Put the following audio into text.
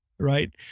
Right